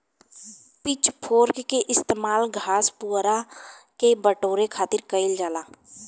pitch फोर्क के इस्तेमाल घास, पुआरा के बटोरे खातिर कईल जाला